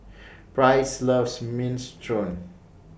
Price loves Minestrone